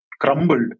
crumbled